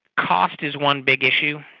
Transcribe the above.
cost is one big issue,